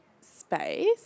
space